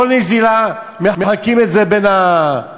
כל נזילה, מחלקים את זה בין השכנים.